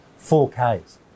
4Ks